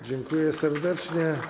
Dziękuję serdecznie.